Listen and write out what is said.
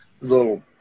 little